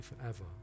forever